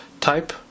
type